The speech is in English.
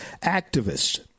activists